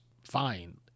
fine